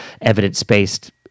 evidence-based